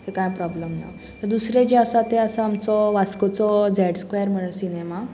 ते कांय प्रोब्लम ना दुसरें जे आसा ते आसा आमचो वास्कोचो झॅड स्क्वॅर म्हण सिनेमा